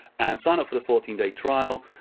and sign up for the fourteen day trial.